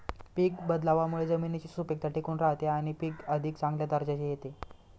पीक बदलावामुळे जमिनीची सुपीकता टिकून राहते आणि पीक अधिक चांगल्या दर्जाचे येते